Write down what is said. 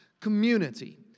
community